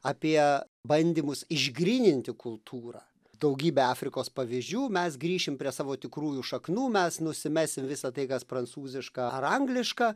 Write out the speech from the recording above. apie bandymus išgryninti kultūrą daugybė afrikos pavyzdžių mes grįšim prie savo tikrųjų šaknų mes nusimesim visa tai kas prancūziška ar angliška